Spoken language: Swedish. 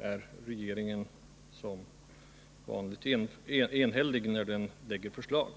är regeringen som vanligt enhällig när den lägger fram förslag.